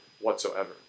whatsoever